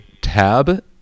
tab